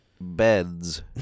beds